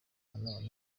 nanone